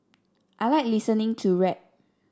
I like listening to rap